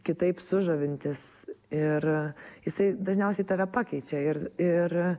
kitaip sužavintis ir jisai dažniausiai tave pakeičia ir ir